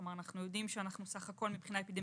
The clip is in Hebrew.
כלומר אנחנו יודעים שמבחינה אפידמיולוגית